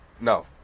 No